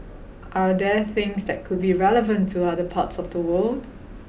are there things that could be relevant to other parts of the world